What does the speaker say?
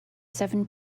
seven